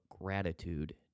gratitude